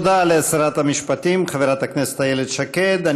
תודה לשרת המשפטים חברת הכנסת איילת שקד.